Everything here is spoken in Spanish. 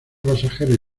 pasajeros